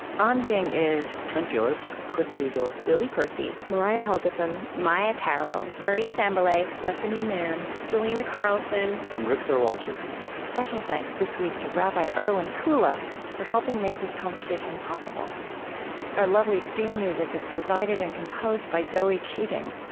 on being is trent gilliss, chris heagle, lily percy, mariah helgeson, maia tarrell, marie sambilay, bethanie mann, selena carlson, and rigsar wangchuck special thanks this week to rabbi irwin kula for helping make this conversation possible our lovely theme music is provided and composed by zoe keating.